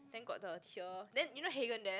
then got the here then you know Haagen-Dazs